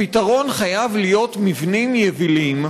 הפתרון חייב להיות מבנים יבילים,